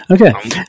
Okay